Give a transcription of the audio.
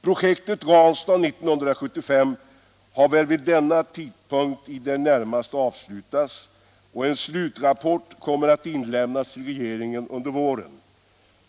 Projektet Ranstad 1975 har väl vid denna tidpunkt i det närmaste avslutats och en slutrapport kommer att inlämnas till regeringen under våren.